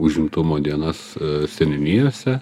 užimtumo dienas seniūnijose